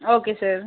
okay sir